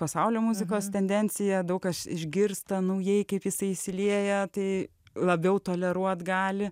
pasaulio muzikos tendencija daug kas išgirsta naujai kaip jisai išsilieja tai labiau toleruot gali